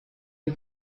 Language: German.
der